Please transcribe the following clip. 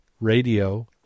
Radio